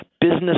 business